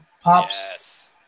Pops